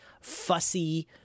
fussy